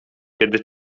kiedy